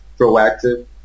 proactive